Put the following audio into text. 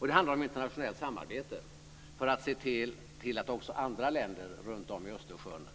Det handlar också om internationellt samarbete för att se till att också andra länder runtom Östersjön